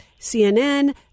CNN